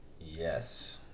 Yes